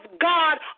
God